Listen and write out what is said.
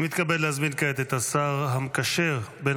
אני מתכבד כעת להזמין את השר המקשר בין